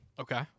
Okay